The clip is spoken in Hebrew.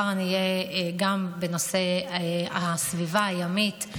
בנושא הסביבה הימית,